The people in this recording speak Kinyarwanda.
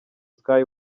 sky